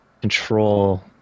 control